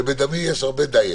ובדמי יש הרבה דיאט,